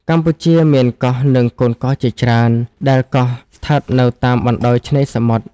កម្ពុជាមាន កោះនិងកូនកោះជាច្រើន ដែលកោះស្ថិតនៅតាមបណ្តោយឆ្នេរសមុទ្រ។